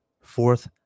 fourth